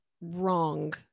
wrong